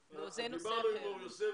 פרופ' מור יוסף,